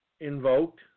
Invoked